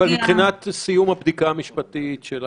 אבל מבחינת סיום הבדיקה המשפטית של הקרקע.